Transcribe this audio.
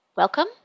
Welcome